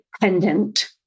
pendant